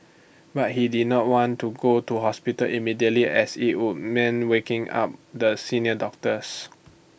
but he did not want to go to hospital immediately as IT would mean waking up the senior doctors